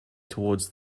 toward